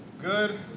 good